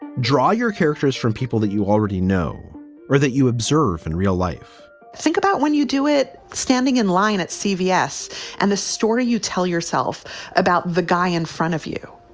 draw your characters from people that you already know or that you observe in real life think about when you do it standing in line at cbs. and the story you tell yourself about the guy in front of you.